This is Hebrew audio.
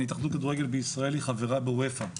ההתאחדות לכדורגל בישראל חברה באופ"א,